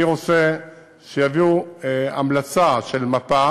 אני רוצה שיביאו המלצה של מפה